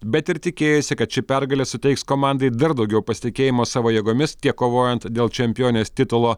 bet ir tikėjosi kad ši pergalė suteiks komandai dar daugiau pasitikėjimo savo jėgomis tiek kovojant dėl čempionės titulo